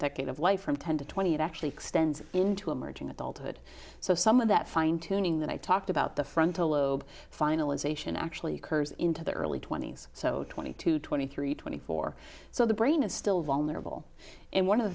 decade of life from ten to twenty it actually extends into emerging adulthood so some of that fine tuning that i talked about the frontal lobe finalization actually occurs into the early twenty's so twenty two twenty three twenty four so the brain is still vulnerable and one of the